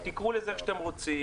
תראו לזה איך שאתם רוצים,